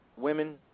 Women